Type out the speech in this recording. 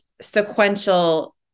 sequential